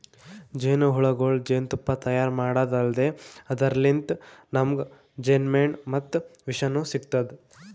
ಜೇನಹುಳಗೊಳ್ ಜೇನ್ತುಪ್ಪಾ ತೈಯಾರ್ ಮಾಡದ್ದ್ ಅಲ್ದೆ ಅದರ್ಲಿನ್ತ್ ನಮ್ಗ್ ಜೇನ್ಮೆಣ ಮತ್ತ್ ವಿಷನೂ ಸಿಗ್ತದ್